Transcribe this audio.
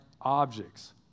objects